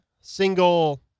single